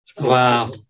Wow